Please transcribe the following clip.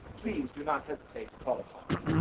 please do not hesitate to call upon me.